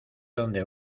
donde